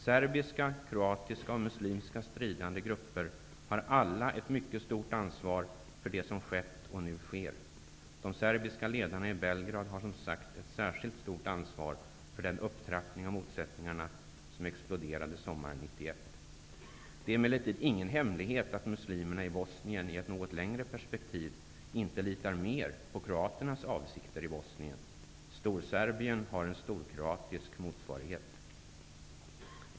Serbiska, kroatiska och muslimska stridande grupper har alla ett mycket stort ansvar för det som har skett, och nu sker. De serbiska ledarna i Belgrad har, som sagt, ett särskilt stort ansvar för den upptrappning av motsättningarna som exploderade sommaren 1991. Det är emellertid ingen hemlighet att muslimerna i Bosnien i ett något längre perspektiv inte litar mer på kroaternas avsikter i Bosnien. Storserbien har en storkroatisk motsvarighet.